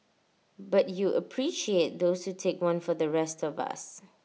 but you appreciate those who take one for the rest of us